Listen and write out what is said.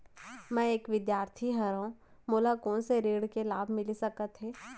मैं एक विद्यार्थी हरव, मोला कोन से ऋण के लाभ मिलिस सकत हे?